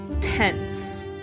tense